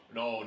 no